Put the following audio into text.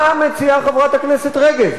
מה מציעה חברת הכנסת רגב?